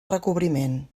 recobriment